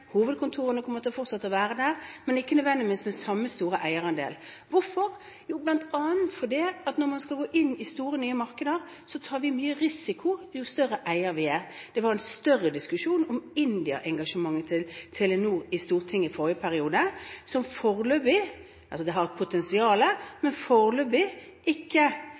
hovedkontorene kommer til å fortsette å være der, men ikke nødvendigvis med samme store eierandel. Hvorfor? Jo, bl.a. fordi når man skal gå inn i store, nye markeder, tar man mer risiko jo større eier man er. Det var en større diskusjon i Stortinget i forrige periode om India-engasjementet til Telenor. Det har et potensial, men viser seg foreløpig ikke